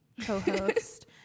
co-host